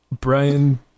Brian